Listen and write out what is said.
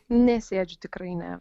nesėdžiu tikrai ne